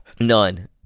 Nine